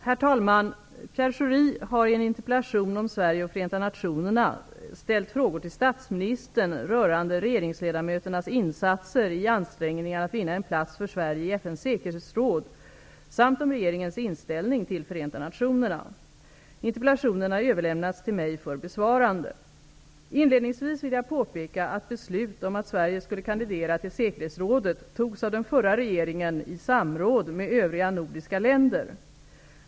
Herr talman! Pierre Schori har i en interpellation om Sverige och Förenta nationerna ställt frågor till statsministern rörande regeringsledamöternas insatser i ansträngningarna att vinna en plats för Interpellationen har överlämnats till mig för besvarande. Inledningsvis vill jag påpeka att beslut om att Sverige skulle kandidera till säkerhetsrådet togs av den förra regeringen i samråd med övriga nordiska länder.